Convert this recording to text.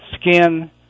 Skin